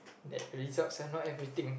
that results are not everything